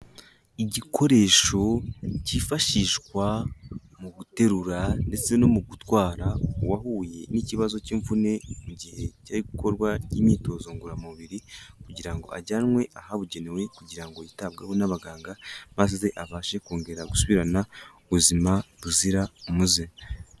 Igikoresho kifashishwa mu guterura ndetse no mu gutwara uwahuye n'ikibazo k'imvune, mu gihe yari ari gukora imyitozo ngororamubiri kugira ngo ajyanwe ahabugenewe, kugira ngo yitabweho n'abaganga, maze abashe kongera gusubirana ubuzima buzira umuze.